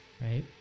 right